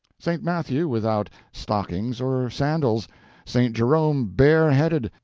st. matthew without stockings or sandals st. jerome bare headed,